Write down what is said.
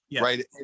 right